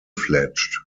fledged